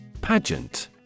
Pageant